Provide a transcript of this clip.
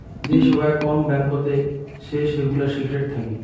যে সোগায় কম ব্যাঙ্কতে সে সেগুলা সিক্রেট থাকি